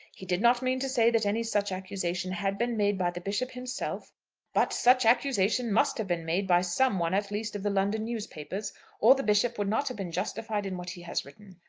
he did not mean to say that any such accusation had been made by the bishop himself but such accusation must have been made by some one at least of the london newspapers or the bishop would not have been justified in what he has written.